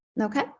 Okay